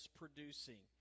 producing